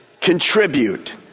contribute